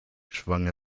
schwang